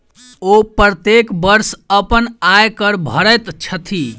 ओ प्रत्येक वर्ष अपन आय कर भरैत छथि